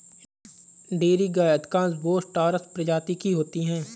dairy गायें अधिकांश Bos taurus प्रजाति की होती हैं